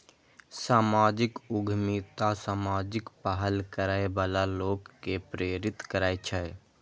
सामाजिक उद्यमिता सामाजिक पहल करै बला लोक कें प्रेरित करै छै